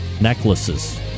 Necklaces